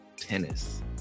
tennis